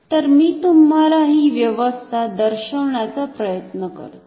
तर मी तुम्हाला ही व्यवस्था दर्शविण्याचा प्रयत्न करतो